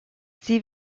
sie